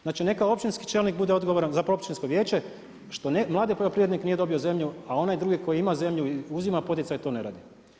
Znači neka općinski čelnik bude odgovoran, zapravo općinsko vijeće što mladi poljoprivrednik nije dobio zemlju a onaj drugi koji ima zemlju, uzima poticaj, to ne radi.